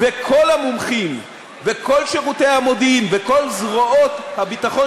וכל המומחים וכל שירותי המודיעין וכל זרועות הביטחון